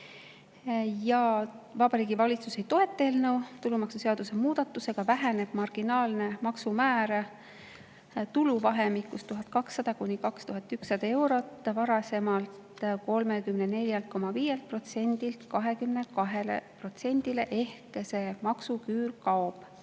Vabariigi Valitsus ei toeta eelnõu. Tulumaksuseaduse muudatusega väheneb marginaalne maksumäär tuluvahemikus 1200–2100 eurot varasemalt 34,5%-lt 22%-le ehk see maksuküür kaob.